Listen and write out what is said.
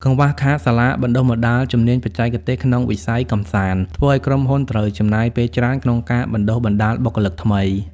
កង្វះខាតសាលាបណ្តុះបណ្តាលជំនាញបច្ចេកទេសក្នុងវិស័យកម្សាន្ត ធ្វើឱ្យក្រុមហ៊ុនត្រូវចំណាយពេលច្រើនក្នុងការបណ្តុះបណ្តាលបុគ្គលិកថ្មី។